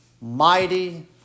mighty